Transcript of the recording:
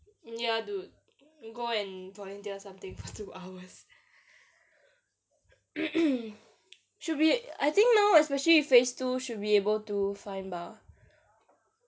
ya dude you go and volunteer something for two hours should be I think now especially with phase two should be able to find bah